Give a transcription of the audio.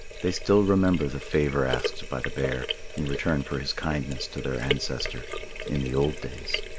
they still remember the favour asked by the bear in return for his kindness to their ancestor in the old days.